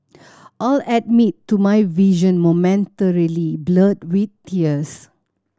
I'll admit to my vision momentarily blurred with tears